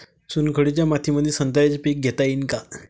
चुनखडीच्या मातीमंदी संत्र्याचे पीक घेता येईन का?